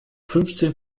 fünfzehn